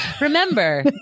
Remember